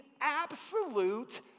absolute